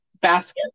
basket